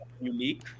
unique